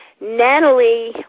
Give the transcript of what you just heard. natalie